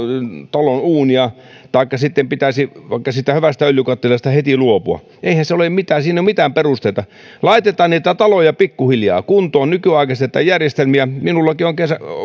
talon uunia taikka pitäisi sitten vaikka siitä hyvästä öljykattilasta heti luopua niin eihän siihen ole mitään perusteita laitetaan niitä taloja pikkuhiljaa kuntoon nykyaikaistetaan järjestelmiä minullakin on